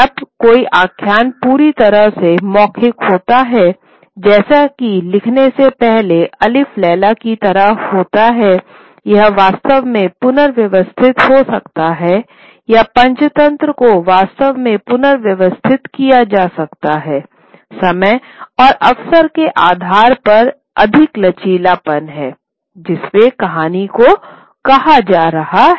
जब कोई आख्यान पूरी तरह से मौखिक होता है जैसा कि लिखने से पहले अलिफ लैला की तरह होता है यह वास्तव में पुनर्व्यवस्थित हो सकता है या पंचतंत्र को वास्तव में पुनर्व्यवस्थित किया जा सकता हैसमय और अवसर के आधार पर अधिक लचीलापन हैं जिसमें कहानी को कहा जा रहा है